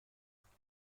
باشین